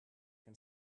can